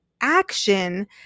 action